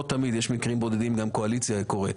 זה לא תמיד אלא יש מקרים בודדים שגם הקואליציה מגישה,